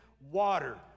water